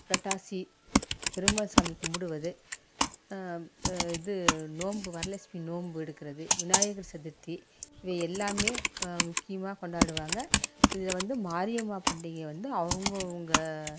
புரட்டாசி பெருமாள் சாமி கும்பிடுவது இது நோன்பு வரலெட்சுமி நோன்பு எடுக்கிறது விநாயகர் சதுர்த்தி இது எல்லாம் முக்கியமாக கொண்டாடுவாங்க இதில் வந்து மாரியம்மா பண்டிகை வந்து அவங்கவுங்க